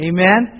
Amen